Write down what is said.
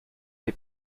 les